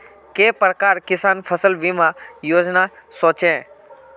के प्रकार किसान फसल बीमा योजना सोचें?